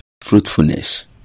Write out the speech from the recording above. fruitfulness